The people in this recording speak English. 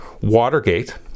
Watergate